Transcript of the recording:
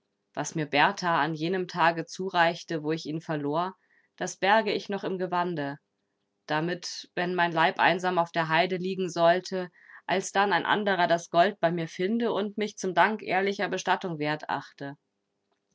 was mir berthar an jenem tage zureichte wo ich ihn verlor das berge ich noch im gewande damit wenn mein leib einsam auf der heide liegen sollte alsdann ein anderer das gold bei mir finde und mich zum dank ehrlicher bestattung wert achte